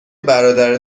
برادر